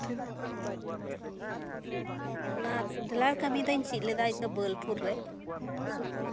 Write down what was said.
ᱤᱧ ᱱᱤᱭᱮ ᱚᱱᱟ ᱴᱮᱞᱟᱨ ᱠᱟᱹᱢᱤ ᱫᱩᱧ ᱪᱮᱫ ᱞᱮᱫᱟ ᱤᱧ ᱫᱚ ᱵᱳᱞᱯᱩᱨ ᱨᱮ